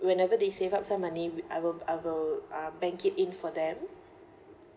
whenever they save up some money I will I will uh bank it in for them